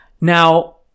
Now